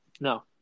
No